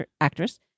actress